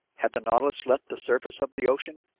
had the nautilus left the surface of the ocean?